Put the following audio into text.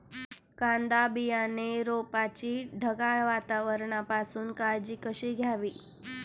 कांदा बियाणे रोपाची ढगाळ वातावरणापासून काळजी कशी घ्यावी?